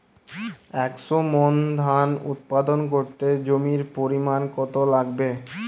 একশো মন ধান উৎপাদন করতে জমির পরিমাণ কত লাগবে?